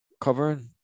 covering